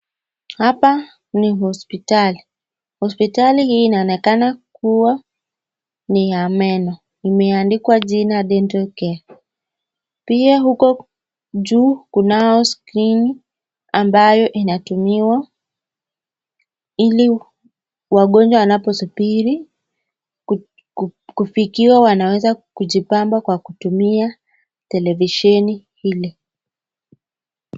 Hapa ni hospitali. Hospitali hii inaonekana kuwa ni ya meno. Imeandikwa jina Dental Care . Pia huko juu kunao screen ambayo inatumiwa ili wagonjwa wanaposubiri kufikiwa wanaweza kujipamba kwa kutumia televisheni ile.